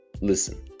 listen